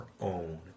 own